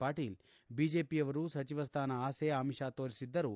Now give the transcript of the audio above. ಪಾಟೀಲ್ ಬಿಜೆಪಿಯವರು ಸಚಿವ ಸ್ಥಾನ ಆಸೆ ಆಮಿಷ ತೋರಿಸಿದ್ದರೂ